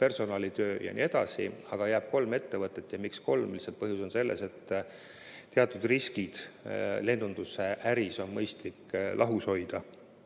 personalitöö ja nii edasi, aga jääb kolm ettevõtet. Miks kolm? Lihtsalt põhjus on selles, et teatud riskid lennundusäris on mõistlik lahus hoida.